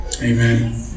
Amen